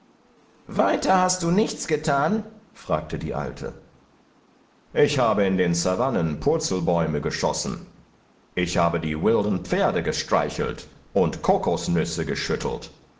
weiter hast du nichts gethan fragte die alte ich habe in den savannen purzelbäume geschossen ich habe die wilden pferde gestreichelt und kokosnüsse geschüttelt